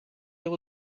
able